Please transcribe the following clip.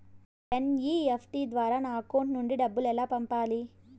NEFT ద్వారా నా account నుండి డబ్బులు ఎలా పంపాలి